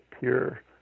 pure